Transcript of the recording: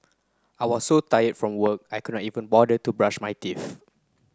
I was so tired from work I could not even bother to brush my teeth